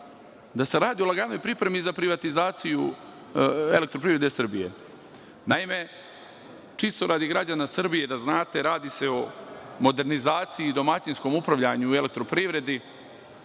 da se radi o laganoj pripremi za privatizaciju EPS. Naime, čisto radi građana Srbije, da znate, radi se o modernizaciji i domaćinskom upravljanju u EPS. Međutim,